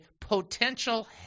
potential